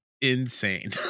insane